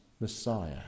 Messiah